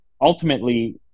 Ultimately